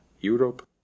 Europe